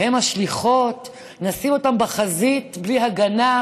הן, השליחות, נשים אותן בחזית בלי הגנה?